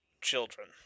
children